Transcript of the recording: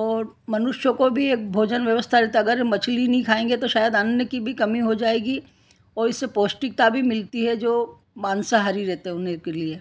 और मनुष्य को भी एक भोजन व्यवस्था रहता अगर मछली नहीं खाएँगे तो शायद अन्न की भी कमी हो जाएगी और इससे पौष्टिकता भी मिलती है जो मांसाहारी रहते हैं उन्हें के लिए